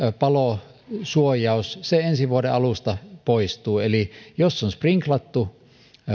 palosuojaus ensi vuoden alusta poistuu eli jos on sprinklattu